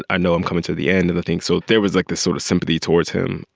i know i'm coming to the end of the thing. so there was like this sort of sympathy towards him.